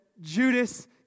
Judas